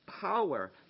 power